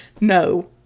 No